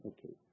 Okay